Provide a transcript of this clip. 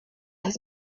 has